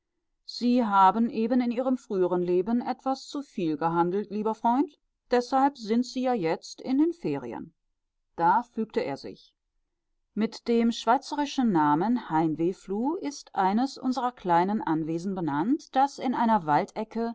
sie haben eben in ihrem früheren leben etwas zu viel gehandelt lieber freund deshalb sind sie ja jetzt in den ferien da fügte er sich mit dem schweizerischen namen heimwehfluh ist eines unserer kleinen anwesen benannt das in einer waldecke